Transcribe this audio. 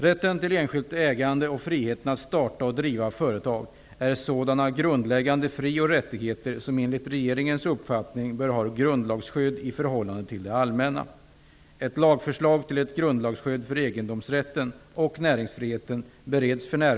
Rätten till enskilt ägande och friheten att starta och driva företag är sådana grundläggande fri och rättigheter som enligt regeringens uppfattning bör ha grundlagsskydd i förhållande till det allmänna.